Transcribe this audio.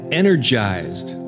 energized